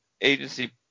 agency